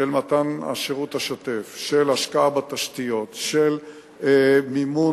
של מתן השירות השוטף, של השקעה בתשתיות, של מימון